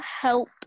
help